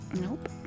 nope